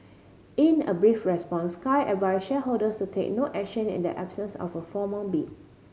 in a brief response Sky advised shareholders to take no action in the absence of a formal bid